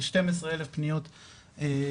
כ-12 אלף פניות בשנה.